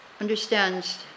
understands